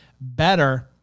better